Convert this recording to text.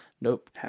Nope